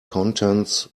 contents